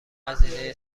هزینه